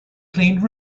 cleaned